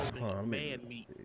man-meat